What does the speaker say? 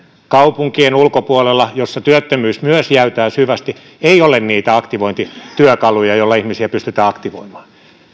kaupunkien ulkopuolella missä työttömyys myös jäytää syvästi ei ole niitä aktivointityökaluja joilla ihmisiä pystytään aktivoimaan